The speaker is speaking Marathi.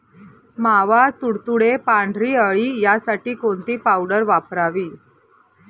मावा, तुडतुडे, पांढरी अळी यासाठी कोणती पावडर वापरावी?